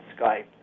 Skype